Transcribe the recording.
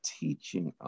teaching